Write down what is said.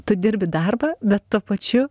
tu dirbi darbą bet tuo pačiu